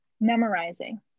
memorizing